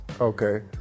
Okay